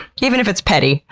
even if it's petty.